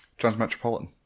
Transmetropolitan